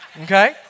Okay